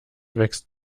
wächst